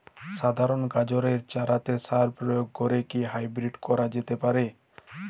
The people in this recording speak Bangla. সাধারণ গাজরের চারাতে সার প্রয়োগ করে কি হাইব্রীড করা যেতে পারে?